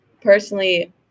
personally